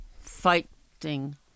Fighting